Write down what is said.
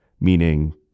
meaning